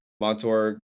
Montour